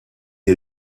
est